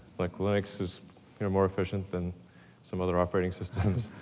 like linux is you know more efficient than some other operating systems.